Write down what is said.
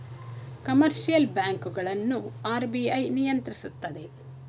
commercial bank ಗಳನ್ನು RBI ನಿಯಂತ್ರಿಸುತ್ತದೆ